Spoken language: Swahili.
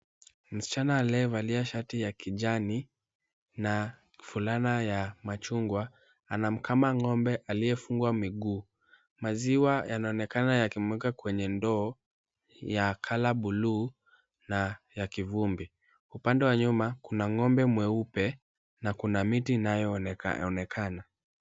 Mschana aliye valia shati ya kijani, na fulana ya machungwa ana mkama ng'ombe aliyefungwa miguu. Maziwa yanaonekana yakimwika kwenye ndoo, ya kala buluu na ya kivumbi. Upande wa nyuma, kuna ng'ombe mweupe na kuna miti inayoonekana.